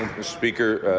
speaker,